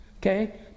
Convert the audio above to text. Okay